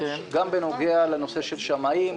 גם בנוגע לנושא של שמאים,